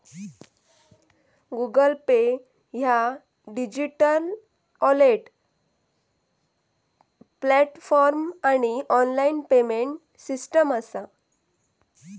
Google Pay ह्या digital wallet platform आणि online payment system असा